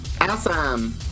awesome